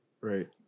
Right